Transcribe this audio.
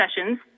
sessions